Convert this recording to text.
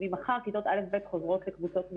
ממחר כיתות א'-ב' חוזרות לקבוצות מלאות,